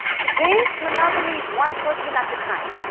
today, monogamy is one person at a time.